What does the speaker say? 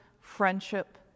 friendship